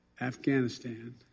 Afghanistan